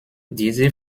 diese